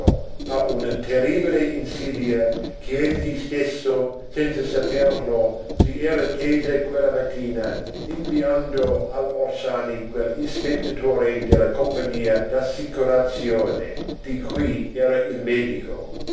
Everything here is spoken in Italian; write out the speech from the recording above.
una terribile insidia ch'egli stesso senza saperlo si era tesa quella mattina inviando all'orsani quell'ispettore della compagnia d'assicurazione di cui era il medico